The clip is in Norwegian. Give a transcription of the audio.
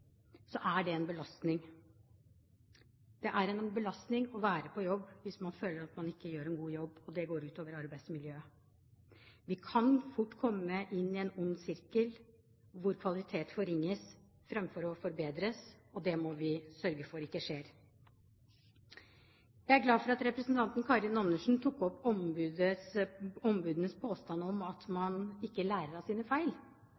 er det en belastning. Det er en belastning å være på jobb hvis man føler at man ikke gjør en god jobb, og det går ut over arbeidsmiljøet. Vi kan fort komme inn i en ond sirkel hvor kvalitet forringes framfor å forbedres, og det må vi sørge for ikke skjer. Jeg er glad for at representanten Karin Andersen tok opp ombudenes påstand om at man ikke lærer av sine feil,